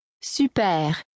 Super